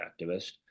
activist